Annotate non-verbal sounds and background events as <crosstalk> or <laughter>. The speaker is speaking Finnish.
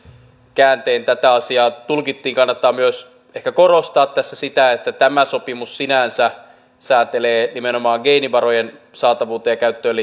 kääntein tätä asiaa tulkittiin kannattaa myös ehkä korostaa tässä sitä että tämä sopimus sinänsä säätelee nimenomaan geenivarojen saatavuuteen ja käyttöön <unintelligible>